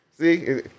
See